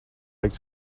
like